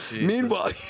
Meanwhile